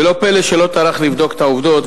ולא פלא שלא טרח לבדוק את העובדות,